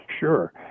Sure